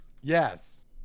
Yes